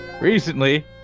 Recently